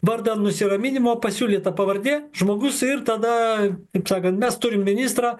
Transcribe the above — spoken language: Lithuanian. vardan nusiraminimo pasiūlyta pavardė žmogus ir tada kaip sakant mes turim ministrą